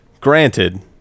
granted